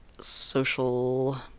social